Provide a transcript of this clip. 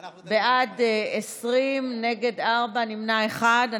בעד, 20, נגד ארבעה, נמנע, אחד.